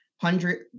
hundred